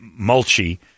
mulchy